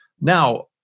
Now